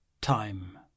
Time